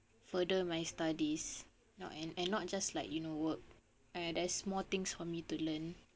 further my studies not and and not just like you know work and there's more things for me to learn